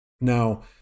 Now